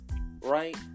right